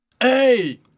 Hey